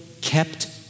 kept